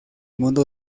mundo